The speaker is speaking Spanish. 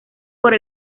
por